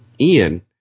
Ian